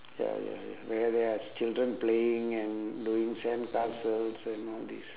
ya ya ya where there's children playing and doing sandcastles and all this